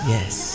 Yes